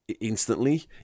Instantly